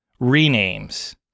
renames